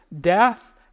death